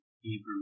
Hebrew